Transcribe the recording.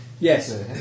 Yes